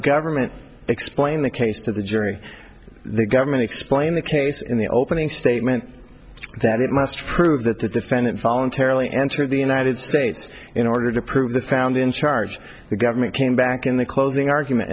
government explained the case to the jury the government explained the case in the opening statement that it must prove that the defendant voluntarily entered the united states in order to prove this found in charge the government came back in the closing argument